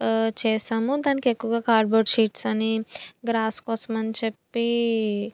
చేసాము దానికి ఎక్కువగా కార్డ్బోర్డ్ షీట్స్ అని గ్రాస్ కోసం అని చెప్పీ